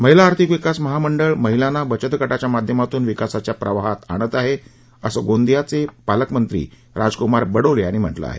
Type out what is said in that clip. महिला आर्थिक विकास महामंडळ महिलांना बचतगटाच्या माध्यमातून विकासाच्या प्रवाहात आणत आहे असं गोंदिया जिल्ह्याचे पालकमंत्री राजकुमार बडोले यांनी म्हटलं आहे